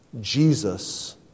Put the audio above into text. Jesus